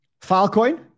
Filecoin